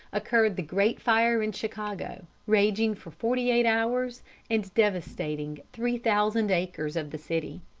occurred the great fire in chicago, raging for forty-eight hours and devastating three thousand acres of the city.